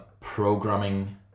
programming